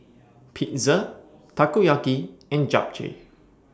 Pizza Takoyaki and Japchae